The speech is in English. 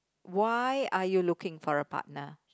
why are you looking for a partner